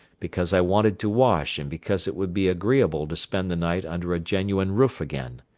because i wanted to wash and because it would be agreeable to spend the night under a genuine roof again.